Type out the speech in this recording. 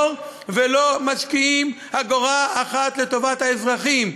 ולא משקיעים אגורה אחת לטובת האזרחים.